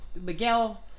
Miguel